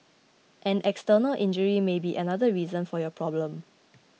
an external injury may be another reason for your problem